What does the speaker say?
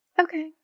Okay